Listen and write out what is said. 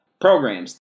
programs